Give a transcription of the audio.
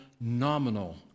nominal